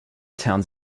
towns